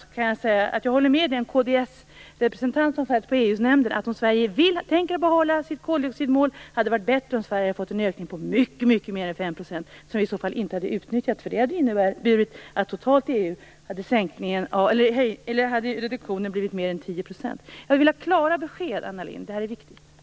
Jag håller med den kd-representant som i EU-nämnden sade att om Sverige tänker behålla sitt koldioxidmål hade det varit bättre om Sverige hade fått en ökning på mycket mer än 5 %, en ökning som vi i så fall inte hade utnyttjat. Det hade ju inneburit att reduktionen i EU totalt hade blivit mer än 10 %. Jag vill ha klara besked, Anna Lindh! Det är här viktigt.